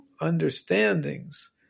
understandings